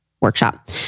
workshop